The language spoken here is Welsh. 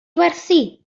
werthu